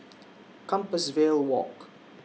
Compassvale Walk